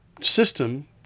system